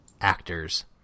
actors